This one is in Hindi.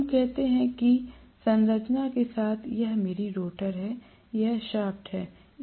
हम कहते हैं कि संरचना के साथ यह मेरी रोटर है यह शाफ्ट है